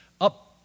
up